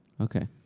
Okay